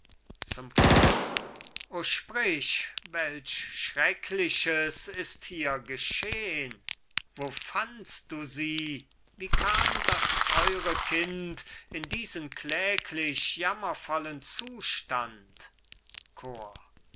zum chor o sprich welch schreckliches ist hier geschehn wo fandst du sie wie kam das theure kind in diesen kläglich jammervollen zustand chor